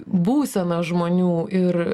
būseną žmonių ir